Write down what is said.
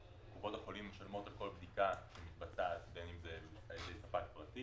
החולים משלמות על כל בדיקה שמתבצעת בין אם זה ספק פרטי